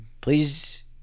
please